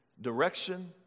direction